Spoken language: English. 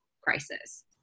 crisis